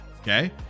Okay